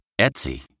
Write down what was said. Etsy